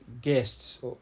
guests